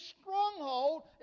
stronghold